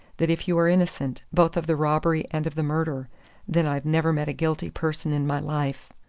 that if you are innocent both of the robbery and of the murder then i've never met a guilty person in my life.